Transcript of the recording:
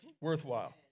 worthwhile